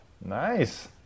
Nice